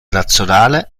nazionale